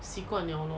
习惯 liao lor